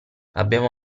abbiamo